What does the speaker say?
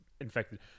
infected